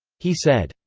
he said,